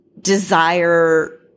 desire